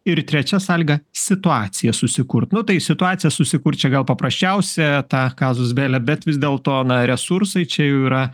ir trečia sąlyga situaciją susikurt nu tai situaciją susikurt čia gal paprasčiausia tą casus bele bet vis dėlto na resursai čia jau yra